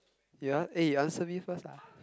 ya eh you answer me first lah